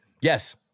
yes